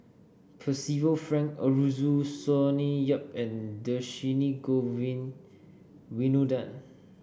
Percival Frank Aroozoo Sonny Yap and Dhershini Govin Winodan